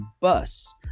bus